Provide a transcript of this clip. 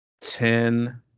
ten